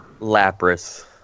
Lapras